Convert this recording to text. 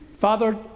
Father